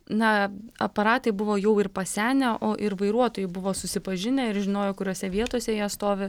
na aparatai buvo jau pasenę o ir vairuotojai buvo susipažinę ir žinojo kuriose vietose jie stovi